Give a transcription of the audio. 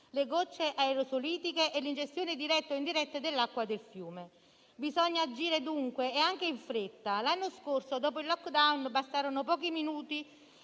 le gocce aerosolitiche e l'ingestione diretta e indiretta dell'acqua del fiume. Bisogna agire e anche in fretta. L'anno scorso, dopo il *lockdown*, bastarono pochi giorni